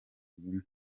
bimwe